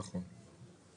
נכון.